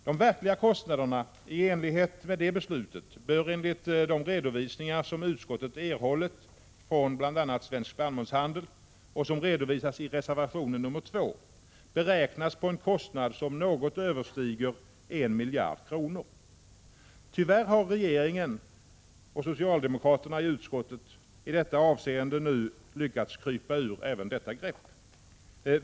Den verkliga kostnadsandelen i enlighet med det beslutet bör, enligt de redovisningar som utskottet erhållit från bl.a. Svensk spannmålshandel och som återges i reservation nr 2, beräknas på en kostnad som något överstiger 1 miljard kronor. Tyvärr har regeringen och socialdemokraterna i utskottet i detta avseende nu lyckats krypa ur även detta grepp.